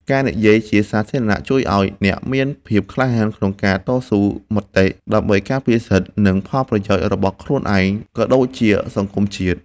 ការនិយាយជាសាធារណៈជួយឱ្យអ្នកមានភាពក្លាហានក្នុងការតស៊ូមតិ ដើម្បីការពារសិទ្ធិ និងផលប្រយោជន៍របស់ខ្លួនឯង ក៏ដូចជាសង្គមជាតិ។